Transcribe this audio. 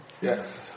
Yes